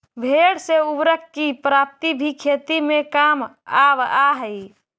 भेंड़ से उर्वरक की प्राप्ति भी खेती में काम आवअ हई